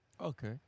Okay